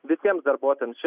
visiems darbuotojams čia